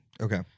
Okay